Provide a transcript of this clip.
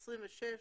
26,